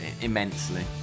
immensely